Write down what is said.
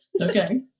Okay